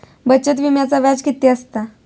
बचत विम्याचा व्याज किती असता?